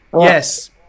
Yes